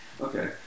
Okay